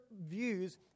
views